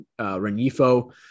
Renifo